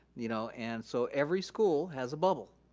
you know and so every school has a bubble,